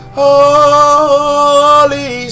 holy